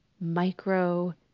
micro